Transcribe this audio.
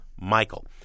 Michael